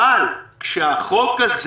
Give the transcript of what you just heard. אבל כשהחוק הזה